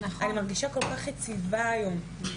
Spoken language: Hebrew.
אני מרגישה כל כך יציבה היום,